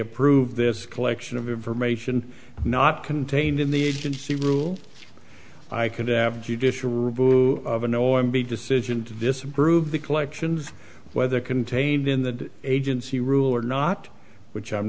approve this collection of information not contained in the agency rules i could have judicial review of annoying be decision to disapprove the collections whether contained in the agency rule or not which i'm